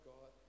God